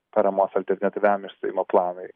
paramos alternatyviam išstojimo planui